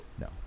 no